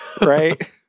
right